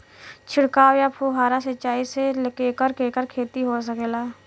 छिड़काव या फुहारा सिंचाई से केकर केकर खेती हो सकेला?